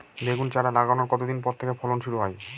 বেগুন চারা লাগানোর কতদিন পর থেকে ফলন শুরু হয়?